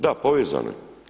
Da, povezano je.